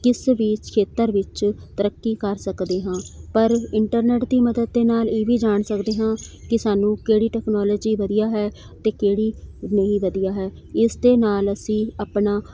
ਕਿਸ ਵੀ ਖੇਤਰ ਵਿੱਚ ਤਰੱਕੀ ਕਰ ਸਕਦੇ ਹਾਂ ਪਰ ਇੰਟਰਨੈੱਟ ਦੀ ਮਦਦ ਦੇ ਨਾਲ ਇਹ ਵੀ ਜਾਣ ਸਕਦੇ ਹਾਂ ਕਿ ਸਾਨੂੰ ਕਿਹੜੀ ਟਕਨੋਲਜੀ ਵਧੀਆ ਹੈ ਅਤੇ ਕਿਹੜੀ ਨਹੀਂ ਵਧੀਆ ਹੈ ਇਸ ਦੇ ਨਾਲ ਅਸੀਂ ਆਪਣਾ